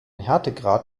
härtegrad